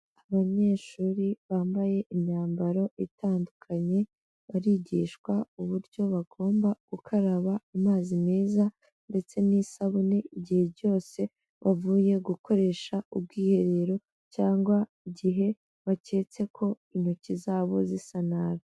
Abanyeshuri bambaye imyambaro itandukanye, barigishwa uburyo bagomba gukaraba amazi meza ndetse n'isabune igihe cyose bavuye gukoresha ubwiherero cyangwa igihe baketse ko intoki zabo zisa nabi.